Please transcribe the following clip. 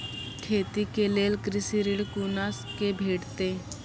खेती के लेल कृषि ऋण कुना के भेंटते?